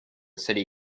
city